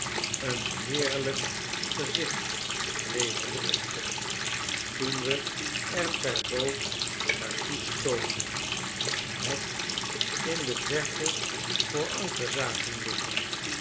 een heerlyk gezicht leverde het op toen we er per boot naar toe stoomende het in de verte voor anker zagen liggen